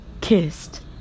kissed